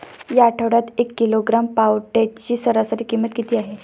या आठवड्यात एक किलोग्रॅम पावट्याची सरासरी किंमत किती आहे?